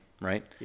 right